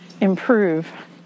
improve